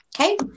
Okay